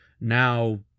now